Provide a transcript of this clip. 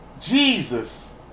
Jesus